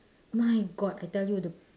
my god I tell you the